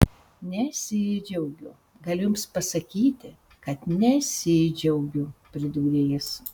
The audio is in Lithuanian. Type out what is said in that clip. nesidžiaugiu galiu jums pasakyti kad nesidžiaugiu pridūrė jis